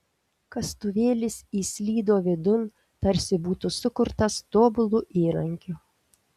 kastuvėlis įslydo vidun tarsi būtų sukurtas tobulu įrankiu